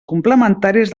complementaris